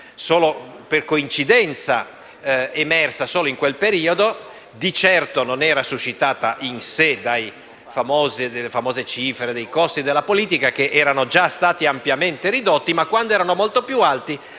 solo per una coincidenza essa sia emersa solo in quel periodo. Di certo non era suscitata in sé dalle famose cifre dei costi della politica, che erano già stati ampiamente ridotti, perché quando essi erano molto più alti